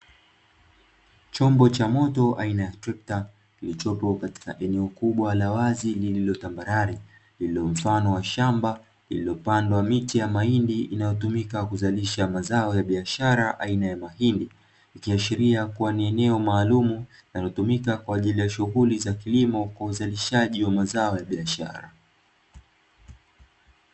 Chombo cha moto aina ya trekta kilichopo katika eneo kubwa la wazi lililo tambarare, lililo mfano wa shamba lilopandwa miti ya mahindi inayotumika kuzalisha mazao ya biashara aina ya mahindi, ikiashiria kuwa ni eneo maalumu linalotumika kwa shughuli za kilimo kwa uzalishaji wa mazao ya biashara.